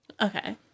Okay